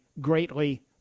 greatly